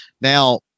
Now